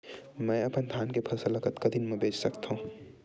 मैं अपन धान के फसल ल कतका दिन म बेच सकथो?